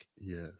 Yes